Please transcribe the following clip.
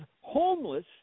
homeless